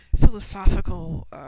philosophical